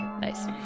Nice